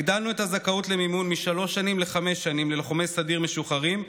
הגדלנו את הזכאות למימון משלוש שנים לחמש שנים ללוחמי סדיר משוחררים,